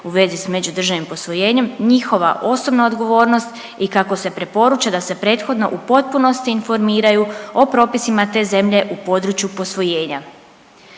u vezi s međudržavnim posvojenjem njihova osobna odgovornost i kako se preporuča da se prethodno u potpunosti informiraju o propisima te zemlje u području posvojenja